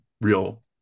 real